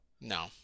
no